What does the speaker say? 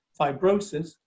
fibrosis